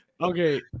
Okay